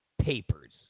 papers